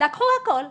לקחו הכול.